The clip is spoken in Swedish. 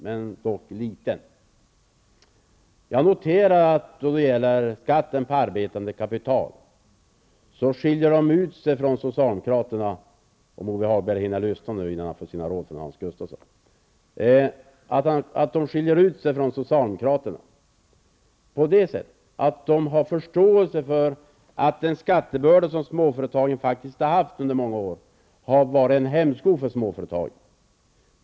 När det gäller skatten på arbetande kapital skiljer sig vänsterpartiet från socialdemokraterna -- om Lars-Ove Hagberg nu kunde lyssna innan han får sina råd från Hans Gustafsson -- på det sättet att vänsterpartiet har haft förståelse för att småföretagens skattebörda under många år har varit en hämsko för dem.